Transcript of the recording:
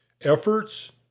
efforts